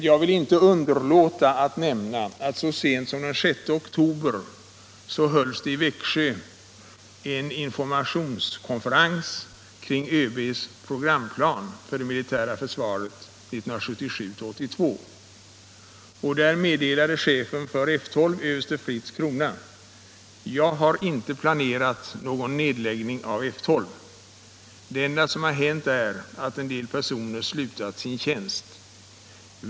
Jag vill inte underlåta att nämna att så sent som den 6 oktober hölls det i Växjö en informationskonferens kring ÖB:s programplan för det militära försvaret 1977-1982. Där meddelade chefen för F 12, överste Fritz Crona: ”Jag har inte planerat för någon nedläggning av F 12! Det enda som har hänt är, att en del personer slutat sin tjänst.